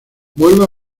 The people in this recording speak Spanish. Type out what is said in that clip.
vuelve